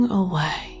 away